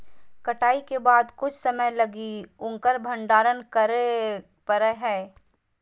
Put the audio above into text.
कटाई के बाद कुछ समय लगी उकर भंडारण करे परैय हइ